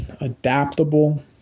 adaptable